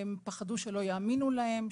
הם פחדו של יאמינו להם,